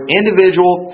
individual